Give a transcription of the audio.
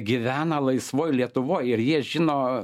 gyvena laisvoj lietuvoj ir jie žino